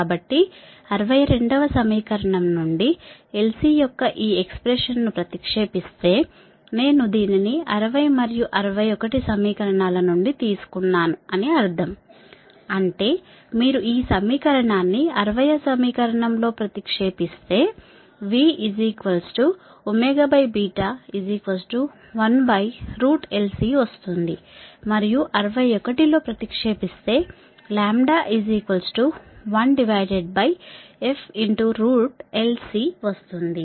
కాబట్టి 62 వ సమీకరణం నుండి LC యొక్క ఈ ఎక్స్ప్రెషన్ ను ప్రతిక్షేపిస్తే నేను దీనిని 60 మరియు 61 సమీకరకారణా ల నుండి తీసుకున్నాను అని అర్ధం అంటే మీరు ఈ సమీకరణాన్ని 60 వ సమీకరణం లో ప్రతిక్షేపిస్తే v 1LC వస్తుంది మరియు 61 లో ప్రతిక్షేపిస్తే 1fLC వస్తుంది